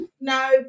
no